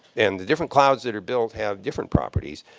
and the different clouds that are built have different properties.